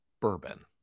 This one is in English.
Bourbon